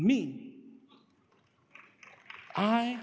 me i